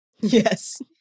Yes